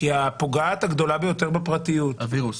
כי הפוגעת הגדולה ביותר בפרטיות --- הווירוס.